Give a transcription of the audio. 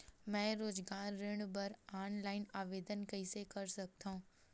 मैं रोजगार ऋण बर ऑनलाइन आवेदन कइसे कर सकथव?